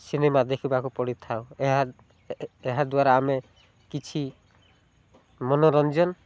cinema ଦେଖିବାକୁ ପଡ଼ିଥାଉ ଏହା ଏହା ଦ୍ୱାରା ଆମେ କିଛି ମନୋରଞ୍ଜନ